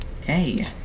Okay